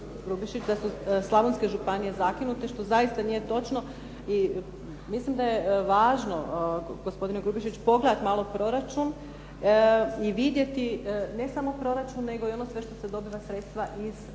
da su Slavonske županije zakinute što zaista nije točno, i mislim da je važno gospodine Grubišić pogledati malo proračun i vidjeti ne samo proračun nego ono sve što se dobiva sredstva iz ostalih